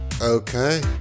Okay